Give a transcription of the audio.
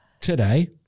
today